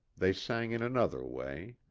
they sang in another way.